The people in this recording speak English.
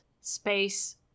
space